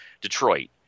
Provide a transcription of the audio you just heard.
Detroit